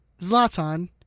Zlatan